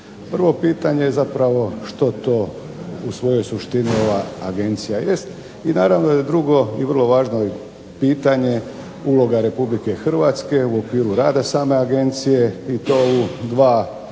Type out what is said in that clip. Prvo je pitanje zapravo što to u svojoj suštini ova agencija jest i naravno da je drugo i vrlo važno pitanje uloga Republike Hrvatske u okviru rada same agencije i to u dva možemo